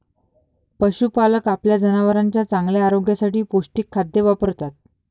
पशुपालक आपल्या जनावरांच्या चांगल्या आरोग्यासाठी पौष्टिक खाद्य वापरतात